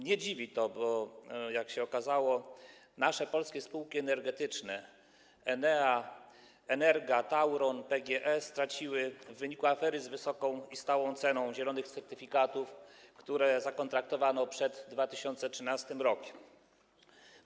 Nie dziwi to, bo jak się okazało, nasze polskie spółki energetyczne: Enea, ENERGA, Tauron, PGE, straciły w wyniku afery z wysoką i stałą ceną zielonych certyfikatów, które zakontraktowano przed 2013 r.